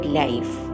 life